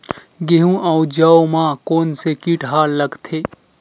गेहूं अउ जौ मा कोन से कीट हा लगथे?